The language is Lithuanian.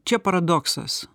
čia paradoksas